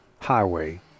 highway